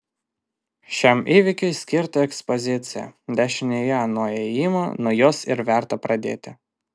šiam įvykiui skirta ekspozicija dešinėje nuo įėjimo nuo jos ir verta pradėti